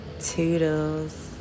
Toodles